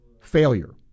Failure